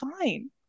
fine